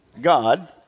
God